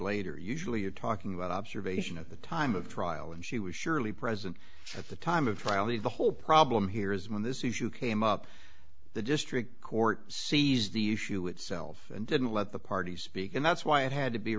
later usually you're talking about observation at the time of trial and she was surely present at the time of trial the the whole problem here is when this issue came up the district court seized the issue itself and didn't let the parties speak and that's why it had to be